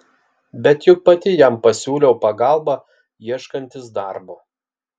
bet juk pati jam pasiūliau pagalbą ieškantis darbo